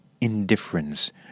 indifference